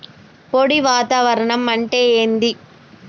పొడి వాతావరణం అంటే ఏంది?